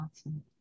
Awesome